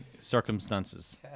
circumstances